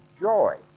joy